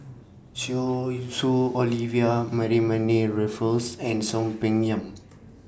Zhu Su Olivia Mariamne Raffles and Soon Peng Yam